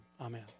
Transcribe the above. Amen